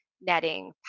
netting